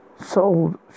sold